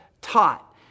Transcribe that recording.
taught